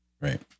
Right